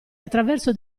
attraverso